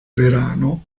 verano